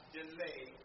delay